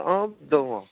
औ दङ